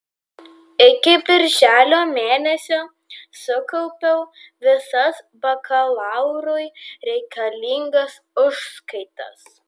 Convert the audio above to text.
iki birželio mėnesio sukaupiau visas bakalaurui reikalingas užskaitas